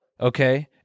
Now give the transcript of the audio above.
Okay